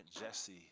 Jesse